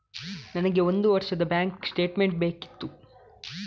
ನನಗೆ ಒಂದು ವರ್ಷದ ಬ್ಯಾಂಕ್ ಸ್ಟೇಟ್ಮೆಂಟ್ ಬೇಕಿತ್ತು